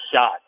shot